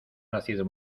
nacido